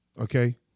okay